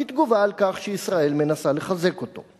כתגובה על כך שישראל מנסה לחזק אותו.